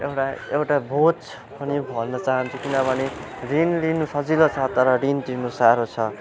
एउटा एउटा बोझ पनि भन्न चाहन्छु किनभने रिन लिनु सजिलो छ तर रिन तिर्नु साह्रो छ